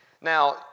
Now